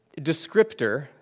descriptor